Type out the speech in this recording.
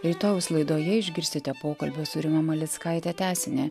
rytojaus laidoje išgirsite pokalbio su rima malickaite tęsinį